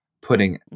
putting